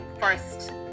first